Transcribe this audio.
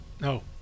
No